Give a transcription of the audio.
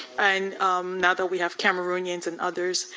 and now that we have cameroonians and others.